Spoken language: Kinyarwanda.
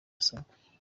asabwa